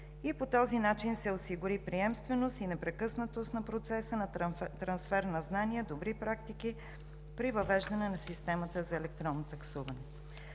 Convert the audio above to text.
и по този начин се осигури приемственост и непрекъснатост на процеса на трансфер на знания, добри практики при въвеждане на системата за електронно таксуване.